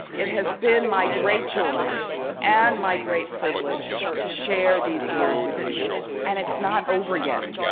it has been my great joy and my great privilege to share these years with you and it's not over yet.